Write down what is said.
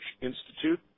Institute